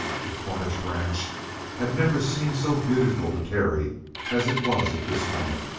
the cornish ranch had never seemed so beautiful to terry as it was at this moment.